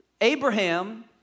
Abraham